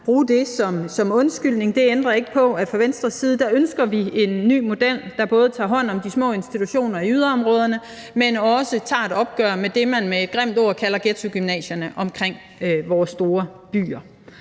bruge det som undskyldning. Det ændrer ikke på, at fra Venstres side ønsker vi en ny model, der både tager hånd om de små institutioner i yderområderne, men også tager et opgør med det, man med et grimt ord kalder ghettogymnasierne omkring vores store byer.